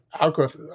Outgrowth